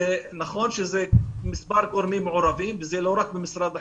שנכון שזה מספר גורמים מעורבים וזה לא רק במשרד החינוך,